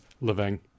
living